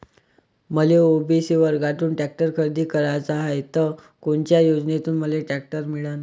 मले ओ.बी.सी वर्गातून टॅक्टर खरेदी कराचा हाये त कोनच्या योजनेतून मले टॅक्टर मिळन?